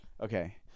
Okay